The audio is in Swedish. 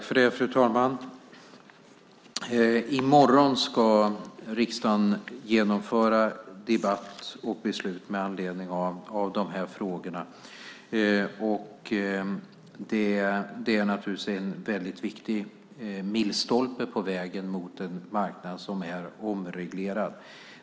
Fru talman! I morgon ska riksdagen genomföra debatt och fatta beslut med anledning av dessa frågor, och det är naturligtvis en väldigt viktig milstolpe på vägen mot en marknad som är omreglerad.